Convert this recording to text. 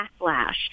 backlash